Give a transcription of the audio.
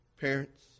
Parents